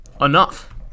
enough